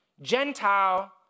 Gentile